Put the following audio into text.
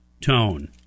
tone